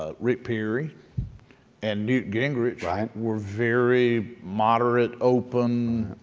ah rick perry and newt gingrich were very moderate, open,